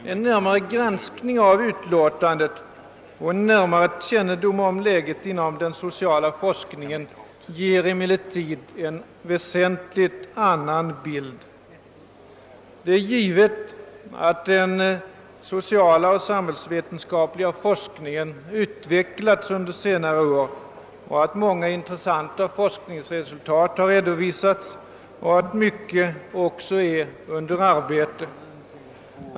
En närmare granskning av utlåtandet och en närmare kännedom om läget inom den sociala forskningen ger emellertid en väsentligt annan bild. Det är givet att den sociala och samhällsvetenskapliga forskningen utvecklats under senare år, att många intressanta forskningsresultat har redovisats och att mycket också är under arbete.